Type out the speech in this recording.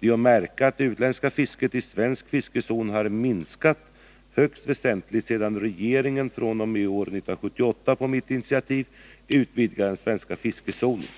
Det är att märka att det utländska fisket i svensk fiskezon har minskat högst väsentligt sedan regeringen fr.o.m. år 1978 på mitt initiativ utvidgade den svenska fiskezonen.